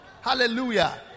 Hallelujah